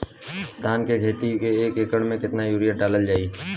धान के खेती में एक एकड़ में केतना यूरिया डालल जाई?